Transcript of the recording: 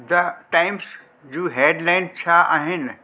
the Times जूं headlines छा आहिनि